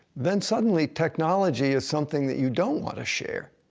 then suddenly, technology is something that you don't want to share.